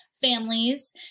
families